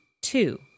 Two